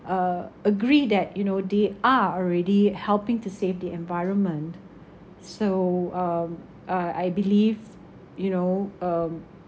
uh agree that you know they are already helping to save the environment so um uh I believe you know um